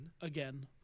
Again